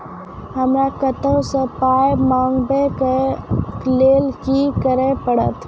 हमरा कतौ सअ पाय मंगावै कऽ लेल की करे पड़त?